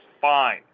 fine